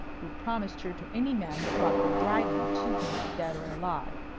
who promised her to any man that brought the dragon to him dead or alive.